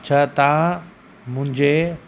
छा तव्हां मुंहिंजे